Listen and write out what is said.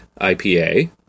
IPA